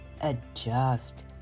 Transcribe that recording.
adjust